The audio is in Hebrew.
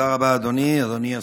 תודה רבה, אדוני.